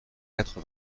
quatre